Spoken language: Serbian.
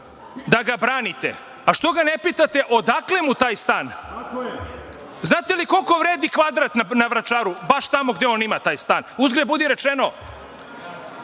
da ga branite, a što ga ne pitate odakle mu taj stan. Znate li koliko vredi kvadrat na Vračaru, baš tamo gde on ima taj stan? Uzgred budi rečeno,